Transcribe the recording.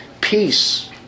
peace